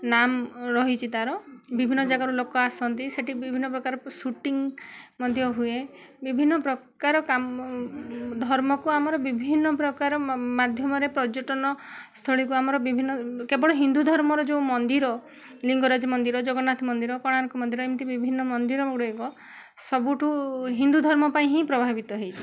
ନାମ ରହିଛି ତା'ର ବିଭିନ୍ନ ଜାଗାରୁ ଲୋକ ଆସନ୍ତି ସେଠି ବିଭିନ୍ନ ପ୍ରକାର ସୁଟିଂ ମଧ୍ୟ ହୁଏ ବିଭିନ୍ନ ପ୍ରକାର କାମ ଧର୍ମକୁ ଆମର ବିଭିନ୍ନ ପ୍ରକାର ମା ମାଧ୍ୟମରେ ପର୍ଯ୍ୟଟନ ସ୍ଥଳୀକୁ ଆମର ବିଭିନ୍ନ କେବଳ ହିନ୍ଦୁ ଧର୍ମର ଯୋଉ ମନ୍ଦିର ଲିଙ୍ଗରାଜ ମନ୍ଦିର ଜଗନ୍ନାଥ ମନ୍ଦିର କୋଣାର୍କ ମନ୍ଦିର ଏମିତି ବିଭିନ୍ନ ମନ୍ଦିର ଗୁଡ଼ିକ ସବୁଠୁ ହିନ୍ଦୁ ଧର୍ମପାଇଁ ହିଁ ପ୍ରଭାବିତ ହେଇଛି